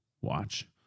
watch